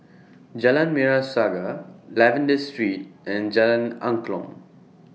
Jalan Merah Saga Lavender Street and Jalan Angklong